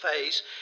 phase